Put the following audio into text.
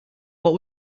what